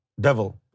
devil